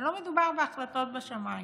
ולא מדובר בהחלטות בשמיים,